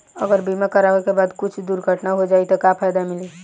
अगर बीमा करावे के बाद कुछ दुर्घटना हो जाई त का फायदा मिली?